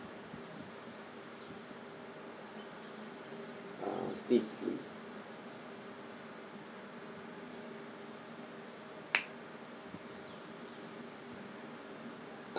uh steve mm